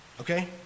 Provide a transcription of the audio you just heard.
Okay